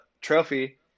trophy